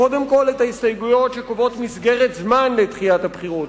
קודם כול את ההסתייגויות שקובעות מסגרת זמן לדחיית הבחירות.